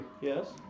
Yes